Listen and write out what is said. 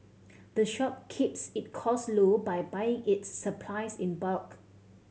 the shop keeps it cost low by buying its supplies in bulk